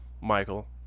Michael